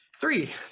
Three